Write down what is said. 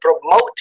promote